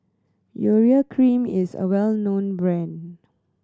Urea Cream is a well known brand